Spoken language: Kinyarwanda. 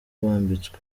wambitswe